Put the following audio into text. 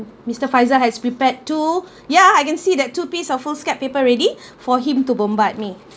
mister faizal has prepared to yeah I can see that two piece of foolscap paper ready for him to bombard me